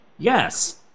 Yes